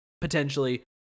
potentially